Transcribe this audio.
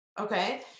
okay